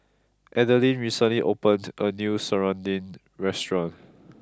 Adelyn recently opened a new Serunding restaurant